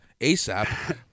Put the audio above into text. ASAP